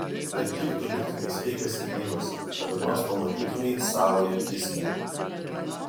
kad tik tu liktumei sveikas ir gyvas ir kada nors pamatytumei savąją tisbę